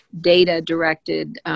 data-directed